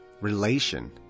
relation